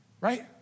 Right